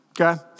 okay